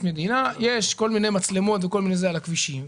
מדינה יש כל מיני מצלמות וכן הלאה על הכבישים,